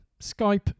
Skype